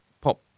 pop